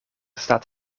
staat